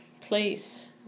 place